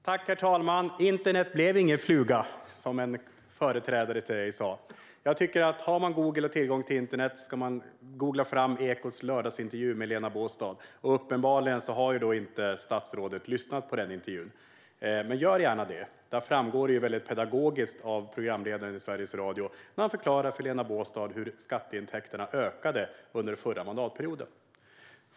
Herr talman! Internet blev ingen fluga, som en av Tomas Eneroths föregångare sa. Om man har Google och tillgång till internet tycker jag att man ska googla fram Ekots lördagsintervju med Lena Baastad. Statsrådet har uppenbarligen inte lyssnat på denna intervju, men gör gärna det! Där framgår pedagogiskt hur programledaren i Sveriges Radio förklarar för Lena Baastad hur skatteintäkterna ökade under den förra mandatperioden.